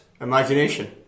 Imagination